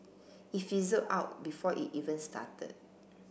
it fizzled out before it even started